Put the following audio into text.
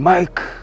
Mike